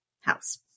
house